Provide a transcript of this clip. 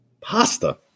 Pasta